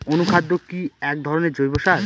অনুখাদ্য কি এক ধরনের জৈব সার?